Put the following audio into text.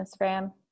Instagram